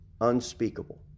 unspeakable